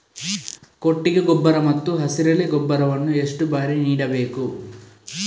ಕೊಟ್ಟಿಗೆ ಗೊಬ್ಬರ ಮತ್ತು ಹಸಿರೆಲೆ ಗೊಬ್ಬರವನ್ನು ಎಷ್ಟು ಬಾರಿ ನೀಡಬೇಕು?